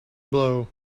blow